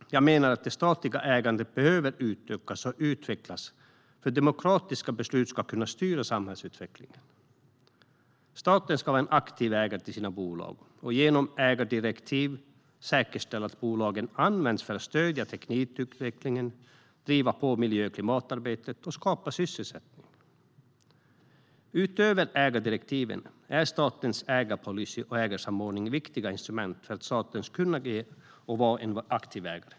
Jag menar att det statliga ägandet behöver utökas och utvecklas för att demokratiska beslut ska kunna styra samhällsutvecklingen. Staten ska vara en aktiv ägare till sina bolag och genom ägardirektiv säkerställa att bolagen används för att stödja teknikutvecklingen, driva på miljö och klimatarbetet och skapa sysselsättning. Utöver ägardirektiven är statens ägarpolicy och ägarsamordningen viktiga instrument för att staten ska kunna vara en aktiv ägare.